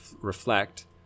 reflect